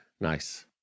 Nice